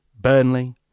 Burnley